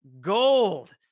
gold